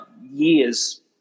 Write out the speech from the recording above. years